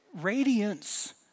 radiance